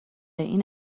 این